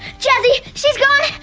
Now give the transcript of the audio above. jazzy. she's gone!